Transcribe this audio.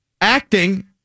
acting